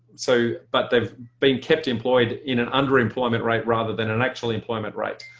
so but they've been kept employed in an underemployment rate rather than an actual employment rate.